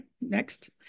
next